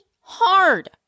hard